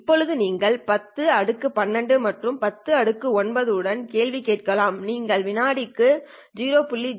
இப்போது நீங்கள் 10 12 மற்றும் 10 9 உடன் கேள்வி கேட்கலாம் நீங்கள் வினாடிக்கு 0